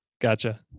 Gotcha